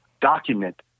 document